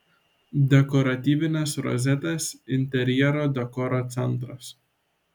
dekoratyvinės rozetės interjero dekoro centras